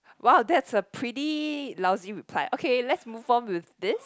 !wow! that's a pretty lousy reply okay let's move on with this